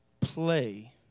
play